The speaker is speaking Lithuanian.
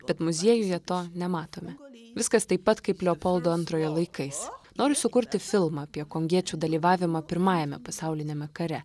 bet muziejuje to nematome viskas taip pat kaip leopoldo antrojo laikais noriu sukurti filmą apie kongiečių dalyvavimą pirmajame pasauliniame kare